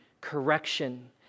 correction